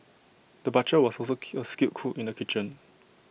the butcher was also A skilled cook in the kitchen